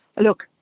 look